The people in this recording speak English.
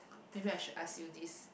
maybe I should ask you this